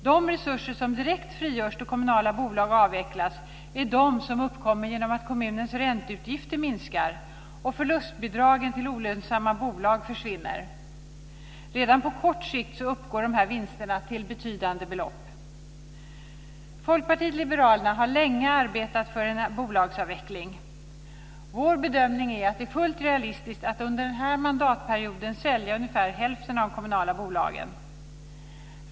De resurser som direkt frigörs då kommunala bolag avvecklas är de som uppkommer genom att kommunens ränteutgifter minskar och förlustbidragen till olönsamma bolag försvinner. Redan på kort sikt uppgår dessa vinster till betydande belopp. Folkpartiet liberalerna har länge arbetat för en bolagsavveckling. Vår bedömning är att det är fullt realistiskt att under den här mandatperioden sälja ungefär hälften av de kommunala bolagen.